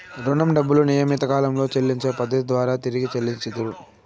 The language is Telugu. రుణం డబ్బులు నియమిత కాలంలో చెల్లించే పద్ధతి ద్వారా తిరిగి చెల్లించుతరు